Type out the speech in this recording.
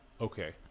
Okay